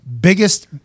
Biggest